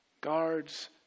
guards